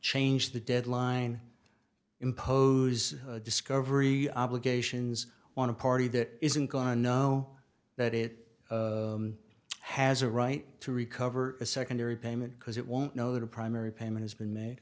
change the deadline impose discovery obligations on a party that isn't gonna know that it has a right to recover a secondary payment because it won't know that a primary payment has been made